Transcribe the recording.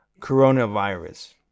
coronavirus